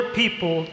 people